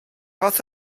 fath